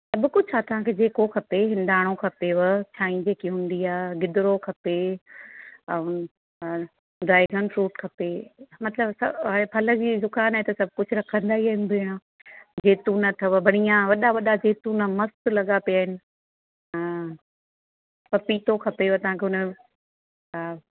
सभु कुझु आहे तव्हांखे जेको खपे हिंदाणो खपेव छाईं जेकी हूंदी आहे गिदरो खपे ऐं हा ड्रैगन फ्रूट खपे मतिलबु सभु आहे फल जी दुकान आहे त सभु कुझु रखंदा ई आहिनि भेणु जैतुन अथव बढ़िया वॾा वॾा जैतुन मस्त लॻा पिया आहिनि हा पपीतो खपेव तव्हांखे उन हा